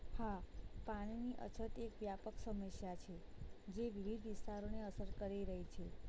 હા પાણીની અછત એક વ્યાપક સમસ્યા છે જે વિવિધ વિસ્તારોને અસર કરી રહી છે